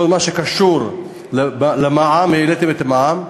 בכל מה שקשור למע"מ, העליתם את המע"מ,